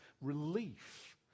relief